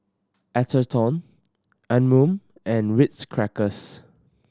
Atherton Anmum and Ritz Crackers